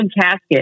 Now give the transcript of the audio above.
Casket